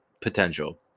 potential